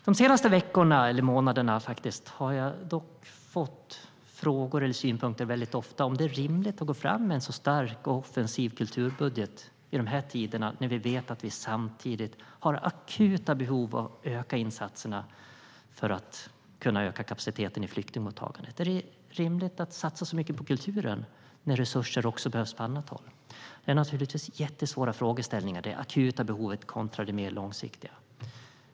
De senaste veckorna - eller månaderna, faktiskt - har jag dock ofta fått frågor om eller synpunkter på om det är rimligt att gå fram med en så stark och offensiv kulturbudget i de här tiderna, när vi vet att vi samtidigt har akuta behov av att öka insatserna för att kunna öka kapaciteten i flyktingmottagandet. Är det rimligt att satsa så mycket på kulturen när resurser behövs på annat håll? Det är naturligtvis jättesvåra frågeställningar - det akuta behovet kontra det mer långsiktiga.